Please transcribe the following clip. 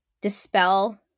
dispel